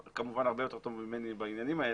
כמובן הרבה יותר טוב ממני בעניינים האלה,